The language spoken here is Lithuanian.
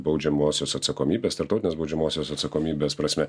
baudžiamosios atsakomybės tarptautinės baudžiamosios atsakomybės prasme